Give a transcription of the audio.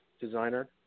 designer